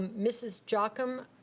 mrs. jocham,